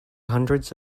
hundreds